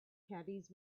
caddies